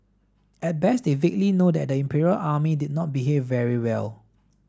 at best they vaguely know that the Imperial Army did not behave very well